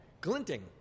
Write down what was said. Glinting